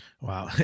wow